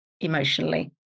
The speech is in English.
emotionally